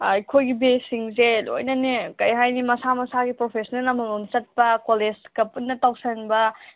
ꯑꯩꯈꯣꯏꯒꯤ ꯕꯦꯠꯁꯁꯤꯡꯁꯦ ꯂꯣꯏꯅꯅꯦ ꯀꯩ ꯍꯥꯏꯅꯤ ꯃꯁꯥ ꯃꯁꯥꯒꯤ ꯄ꯭ꯔꯣꯐꯦꯁꯅꯦꯜ ꯑꯃꯃꯝ ꯆꯠꯄ ꯀꯣꯂꯦꯖꯀ ꯄꯨꯟꯅ ꯇꯧꯁꯤꯟꯕ